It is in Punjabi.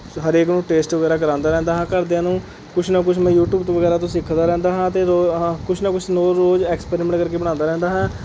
ਹਰੇਕ ਨੂੰ ਟੇਸਟ ਵਗੈਰਾ ਕਰਵਾਉਂਦਾ ਰਹਿੰਦਾ ਹਾਂ ਘਰਦਿਆਂ ਨੂੰ ਕੁਛ ਨਾ ਕੁਛ ਮੈਂ ਯੂਟਿਊਬ ਤੋਂ ਵਗੈਰਾ ਤੋਂ ਸਿੱਖਦਾ ਰਹਿੰਦਾ ਹਾਂ ਅਤੇ ਆਹ ਕੁਛ ਨਾ ਕੁਛ ਨਿਊ ਰੋਜ਼ ਐਕਸਪੈਰੀਮੈਂਟ ਕਰਕੇ ਬਣਾਉਂਦਾ ਰਹਿੰਦਾ ਹਾਂ